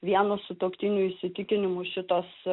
vieno sutuoktinio įsitikinimu šitos